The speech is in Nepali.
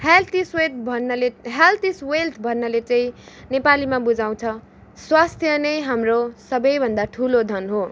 हेल्थ इज वेल्थ भन्नाले हेल्थ इज वेल्थ भन्नाले चाहिँ नेपालीमा बुझाउँछ स्वास्थ्य नै हाम्रो सबैभन्दा ठुलो धन हो